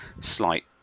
slight